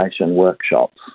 workshops